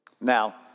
Now